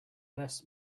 less